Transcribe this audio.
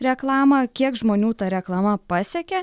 reklamą kiek žmonių ta reklama pasiekė